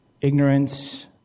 ignorance